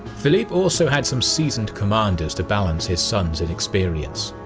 philippe also had some seasoned commanders to balance his son's inexperience.